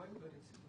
לא היינו בנציגויות.